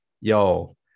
yo